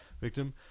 victim